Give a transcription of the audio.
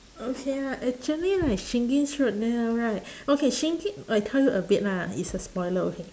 okay lah actually like shingen's route there right okay shingen I tell you a bit lah it's a spoiler okay